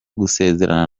gusezerana